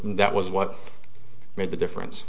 that was what made the difference